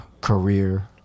Career